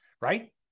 Right